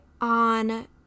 on